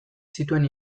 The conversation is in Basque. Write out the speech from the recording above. zituen